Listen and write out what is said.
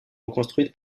reconstruite